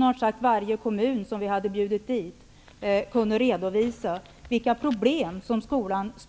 Snart sagt varje kommun som vi hade bjudit in kunde redovisa vilka problem som skolan är utsatt